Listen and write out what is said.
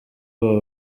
aba